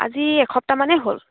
আজি এসপ্তাহ মানেই হ'ল